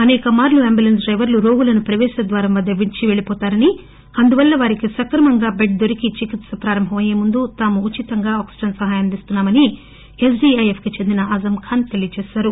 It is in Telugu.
అనేక మార్లు అంబులెస్పీ డైవర్లు రోగులను ప్రవేశ ద్వారం వద్ద విడిచి పెళ్లిపోతారని అందువల్ల వారికి సక్రమంగా బెడ్ దొరికి చికిత్స ప్రారంభమయ్యే ముందు తాము ఉచితంగా ఆక్సిజన్ సహాయం అందిస్తున్నామని ఎఫ్ డీఐ ఎఫ్ కి చెందిన ఆజంఖాస్ తెలియచేశారు